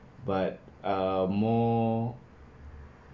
but uh more